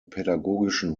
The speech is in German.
pädagogischen